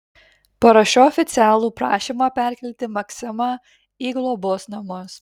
parašiau oficialų prašymą perkelti maksimą į globos namus